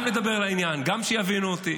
גם לדבר לעניין, גם שיבינו אותי.